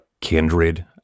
kindred